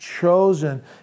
chosen